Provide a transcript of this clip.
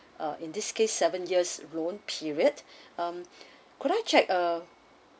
uh in this case seven years loan period um could I check ah